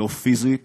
לא פיזית